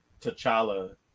t'challa